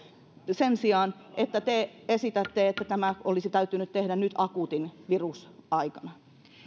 sen sijaan että te esitätte että tämä olisi täytynyt tehdä nyt akuuttina virusaikana